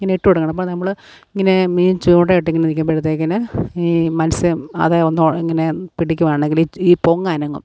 അങ്ങനെ ഇട്ട് കൊടുക്കണം അപ്പം നമ്മൾ ഇങ്ങനെ മീൻ ചൂണ്ടയിട്ടിങ്ങനെ നിൽക്കുമ്പോഴത്തേക്കിന് ഈ മത്സ്യം അത് ഒന്ന് ഇങ്ങനെ പിടിക്കുകയാണെങ്കിൽ ഈ പൊങ്ങനങ്ങും